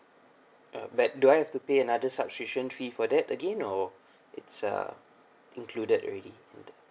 uh but do I have to pay another subscription fee for that again or it's uh included already